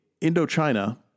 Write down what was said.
Indochina